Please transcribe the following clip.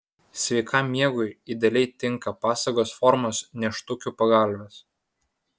sveikam miegui idealiai tinka pasagos formos nėštukių pagalvės